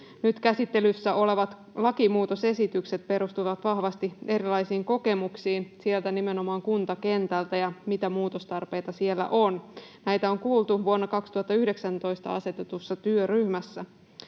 nyt käsittelyssä olevat lakimuutosesitykset perustuvat vahvasti erilaisiin kokemuksiin nimenomaan kuntakentältä ja siihen, mitä muutostarpeita siellä on. Näitä on kuultu vuonna 2019 asetetussa työryhmässä.